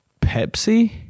pepsi